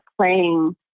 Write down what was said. playing